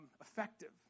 effective